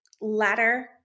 ladder